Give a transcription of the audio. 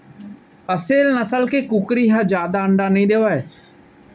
असेल नसल के कुकरी ह जादा अंडा नइ देवय